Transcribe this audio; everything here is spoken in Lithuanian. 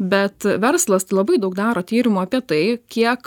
bet verslas labai daug daro tyrimų apie tai kiek